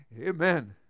Amen